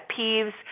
peeves